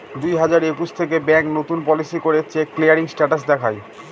দুই হাজার একুশ থেকে ব্যাঙ্ক নতুন পলিসি করে চেক ক্লিয়ারিং স্টেটাস দেখায়